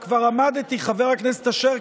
חבר הכנסת אשר,